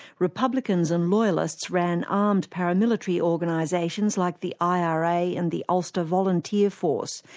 republicans and loyalists ran armed paramilitary organisations, like the ira and the ulster volunteer force,